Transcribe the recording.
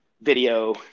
video